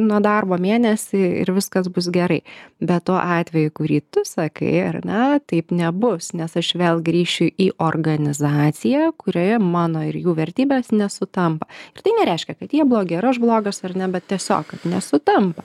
nuo darbo mėnesį ir viskas bus gerai bet tuo atveju kurį tu sakai ar ne taip nebus nes aš vėl grįšiu į organizaciją kurioje mano ir jų vertybės nesutampa ir tai nereiškia kad jie blogi ar aš blogas ar ne bet tiesiog kad nesutampa